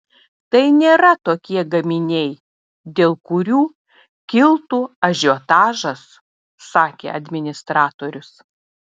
tai nėra tokie gaminiai dėl kurių kiltų ažiotažas sakė administratorius